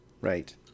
right